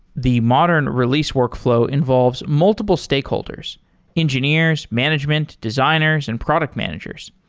the modern release workflow involves multiple stakeholders engineers, management, designers and product managers.